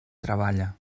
treballa